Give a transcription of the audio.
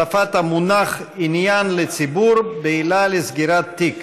(החלפת המונח "עניין לציבור" בעילה לסגירת תיק)